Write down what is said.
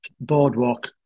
Boardwalk